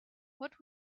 what